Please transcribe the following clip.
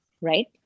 Right